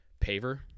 paver